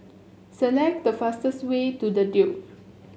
select the fastest way to The Duke